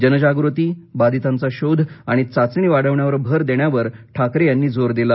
जनजागृती बाधितांचा शोध आणि चाचणी वाढवण्यावर भर देण्यावर ठाकरे यांनी जोर दिला